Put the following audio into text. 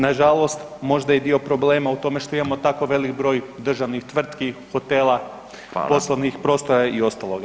Nažalost možda je i dio problema u tome što imamo tako velik broj državnih tvrtki, hotela, poslovnih prostora i ostaloga.